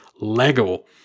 Lego